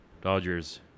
Dodgers